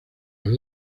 las